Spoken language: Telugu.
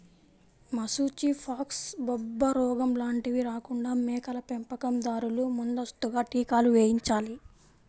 మశూచి, ఫాక్స్, బొబ్బరోగం లాంటివి రాకుండా మేకల పెంపకం దారులు ముందస్తుగా టీకాలు వేయించాలి